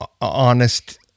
honest